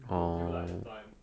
good deal lah that time